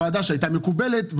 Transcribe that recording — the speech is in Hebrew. ועדה שהייתה מקובלת,